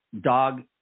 dog